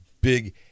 big